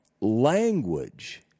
language